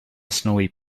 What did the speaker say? snowy